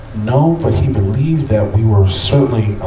no, but he believed that we were certainly,